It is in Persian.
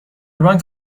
بانک